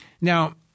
Now